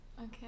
okay